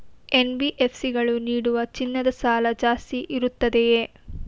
NBFC ಗಳು ನೀಡುವ ಚಿನ್ನದ ಸಾಲ ಜಾಸ್ತಿ ಇರುತ್ತದೆಯೇ?